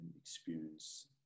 experience